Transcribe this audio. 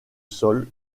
sol